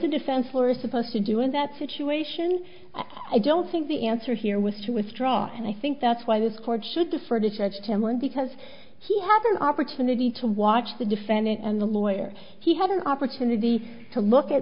a defense lawyer supposed to do in that situation i don't think the answer here was to withdraw and i think that's why this court should defer to judge him one because he had an opportunity to watch the defendant and the lawyer he had an opportunity to look at